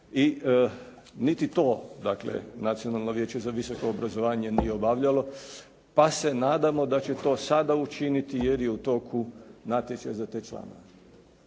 i niti to dakle Nacionalno vijeće za visoko obrazovanje nije obavljalo pa se nadamo da će to sada učiniti jer je u toku natječaj za te članove.